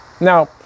Now